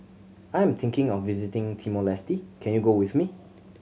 I am thinking of visiting Timor Leste can you go with me